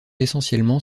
essentiellement